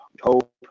Hope